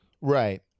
right